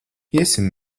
iesim